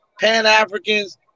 Pan-Africans